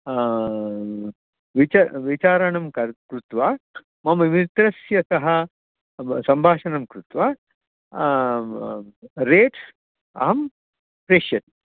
विच विचारणं कर् कृत्वा मम मित्रस्य सह सम्भाषणं कृत्वा रेट्स् अहं प्रेषयामि